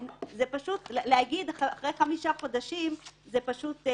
חוץ מזה,